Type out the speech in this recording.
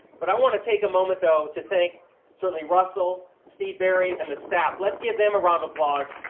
but i want to take a moment though to thank certainly russell, steve barry, and the staff. let's give them a round of applause.